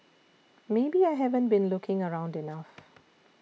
maybe I haven't been looking around enough